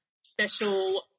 special